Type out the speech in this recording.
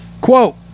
Quote